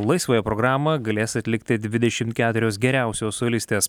laisvąją programą galės atlikti dvidešimt keturios geriausios solistės